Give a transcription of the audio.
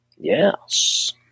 Yes